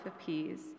appears